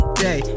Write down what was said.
day